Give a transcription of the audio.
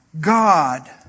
God